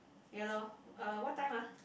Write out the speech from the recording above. ya lor uh what time ah